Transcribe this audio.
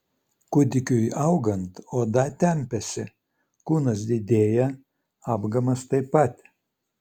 kūdikiui augant oda tempiasi kūnas didėja apgamas taip pat